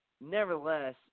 nevertheless